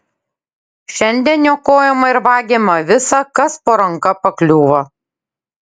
šiandien niokojama ir vagiama visa kas po ranka pakliūva